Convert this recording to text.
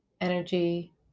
energy